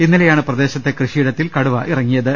ഇന്നലെയാണ് പ്രദേ ശത്തെ കൃഷിയിടത്തിൽ കടുവ ഇറങ്ങിയത്